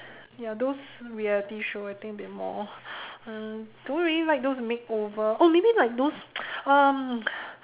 ya those reality show I think they are more uh don't really like those makeover oh maybe like those um